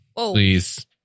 Please